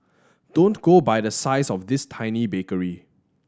don't go by the size of this tiny bakery